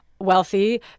wealthy